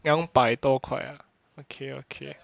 两百多块 ah okay okay